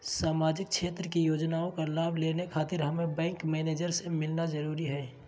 सामाजिक क्षेत्र की योजनाओं का लाभ लेने खातिर हमें बैंक मैनेजर से मिलना जरूरी है?